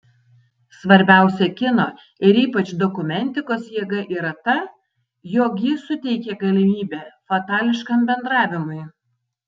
svarbiausia kino ir ypač dokumentikos jėga yra ta jog ji suteikia galimybę fatališkam bendravimui